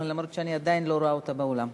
אף שאני עדיין לא רואה אותה באולם.